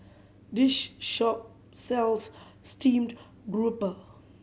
this shop sells steamed grouper